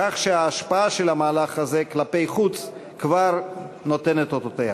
כך שההשפעה של המהלך הזה כלפי חוץ כבר נותנת אותותיה.